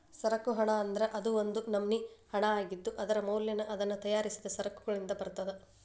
ಸರಕು ಹಣ ಅಂದ್ರ ಅದು ಒಂದ್ ನಮ್ನಿ ಹಣಾಅಗಿದ್ದು, ಅದರ ಮೌಲ್ಯನ ಅದನ್ನ ತಯಾರಿಸಿದ್ ಸರಕಗಳಿಂದ ಬರ್ತದ